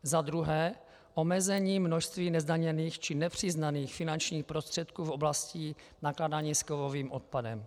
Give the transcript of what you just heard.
Za druhé omezení množství nezdaněných či nepřiznaných finančních prostředků v oblasti nakládání s kovovým odpadem.